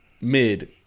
mid